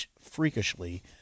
freakishly